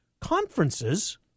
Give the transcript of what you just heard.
Conferences